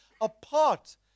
apart